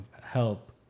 help